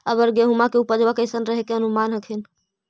अबर गेहुमा के उपजबा कैसन रहे के अनुमान हखिन?